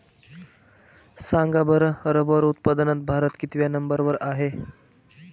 सांगा बरं रबर उत्पादनात भारत कितव्या नंबर वर आहे?